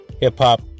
hip-hop